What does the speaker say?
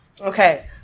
Okay